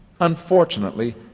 Unfortunately